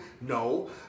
No